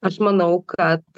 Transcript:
aš manau kad